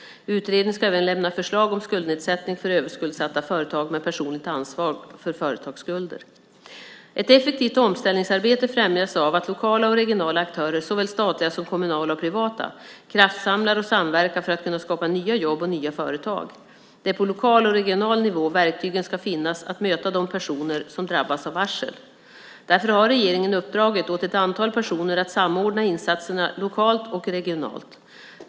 Utredningen ska även lämna förslag om skuldnedsättning för överskuldsatta företag med personligt ansvar för företagsskulder. Ett effektivt omställningsarbete främjas av att lokala och regionala aktörer, såväl statliga som kommunala och privata, kraftsamlar och samverkar för att skapa nya jobb och nya företag. Det är på lokal och regional nivå verktygen ska finnas att möta de personer som drabbas av varsel. Därför har regeringen uppdragit åt ett antal personer att samordna insatserna lokalt och regionalt.